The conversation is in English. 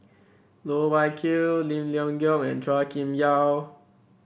Loh Wai Kiew Lim Leong Geok and Chua Kim Yeow